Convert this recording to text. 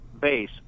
base